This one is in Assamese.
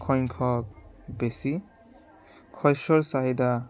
সংখ্যক বেছি শস্যৰ চাহিদা